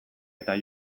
eta